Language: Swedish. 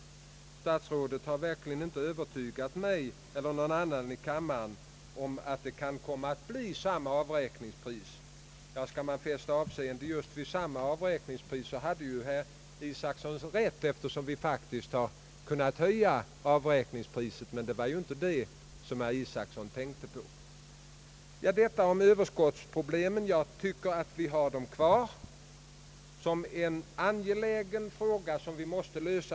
Han sade vidare: »Statsrådet har verkligen inte övertygat mig eller någon annan i kammaren om att det kan komma att bli samma avräkningspris.« Ja, skall man fästa avseende just vid avräkningspriset så hade ju herr Isacson rätt, eftersom vi faktiskt kunnat höja avräkningspriset; men det var ju inte något sådant herr Isacson tänkte på. Jag tycker för min del att vi har överskottsproblemen kvar som en angelägen fråga som vi måste lösa.